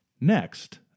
next